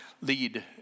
lead